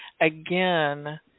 again